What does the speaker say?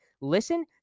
Listen